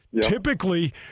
Typically